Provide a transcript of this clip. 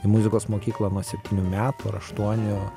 į muzikos mokyklą nuo septynių metų ar aštuonių